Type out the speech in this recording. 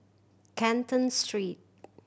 Canton Street